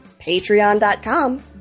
patreon.com